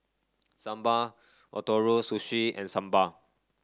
Sambar Ootoro Sushi and Sambar